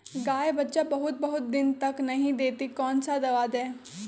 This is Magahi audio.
गाय बच्चा बहुत बहुत दिन तक नहीं देती कौन सा दवा दे?